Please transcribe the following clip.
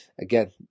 again